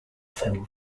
film